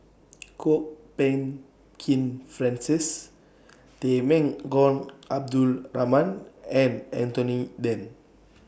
Kwok Peng Kin Francis Temenggong Abdul Rahman and Anthony Then